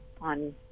on